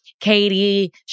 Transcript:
Katie